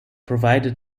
provided